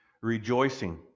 Rejoicing